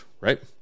right